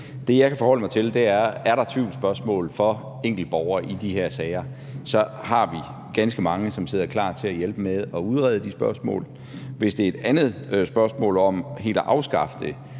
Det, jeg kan forholde mig til, er: Er der tvivlsspørgsmål for enkeltborgere i de her sager, har vi ganske mange, som sidder klar til at hjælpe med at udrede de spørgsmål. Hvis det er et andet spørgsmål om helt at afskaffe det,